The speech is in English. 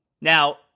Now